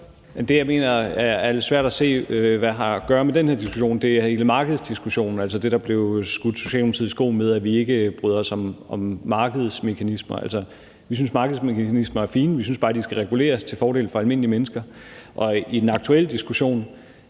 Det, jeg mener er lidt svært at se hvad har at gøre med den her diskussion, er hele markedsdiskussionen, altså at Socialdemokratiet får skudt i skoene, at vi ikke bryder os om markedsmekanismer. Vi synes, at markedsmekanismerne er fine. Vi synes bare, de skal reguleres til fordel for almindelige mennesker. I den aktuelle diskussion